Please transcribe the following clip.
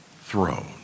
throne